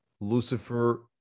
lucifer